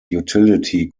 utility